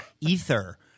ether